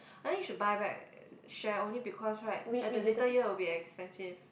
I think you should buy back share only because right at the later year will be expensive